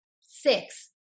six